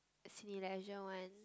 Cineleisure ones